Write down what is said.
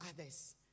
others